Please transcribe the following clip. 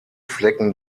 flecken